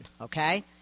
okay